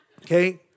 Okay